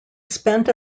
spent